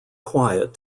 quiet